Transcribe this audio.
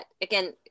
again